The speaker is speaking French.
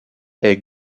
est